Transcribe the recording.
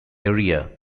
area